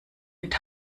mit